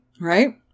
right